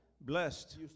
blessed